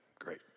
great